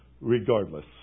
Regardless